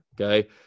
okay